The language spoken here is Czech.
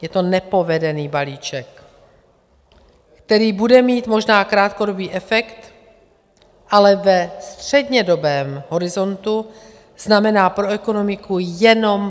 Je to nepovedený balíček, který bude mít možná krátkodobý efekt, ale ve střednědobém horizontu znamená pro ekonomiku jenom průšvih.